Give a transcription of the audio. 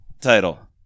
title